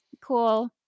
cool